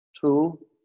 two